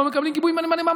לא מקבלים גיבוי מלא מהמפכ"ל?